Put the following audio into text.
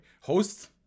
host